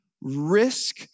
risk